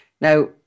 Now